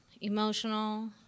emotional